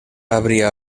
habría